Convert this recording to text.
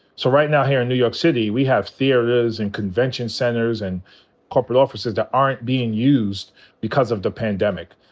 so right now here in new york city, we have theatres and convention centers and corporate offices that aren't being used because of the pandemic.